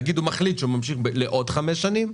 נגיד הוא מחליט שהוא ממשיך לעוד חמש שנים,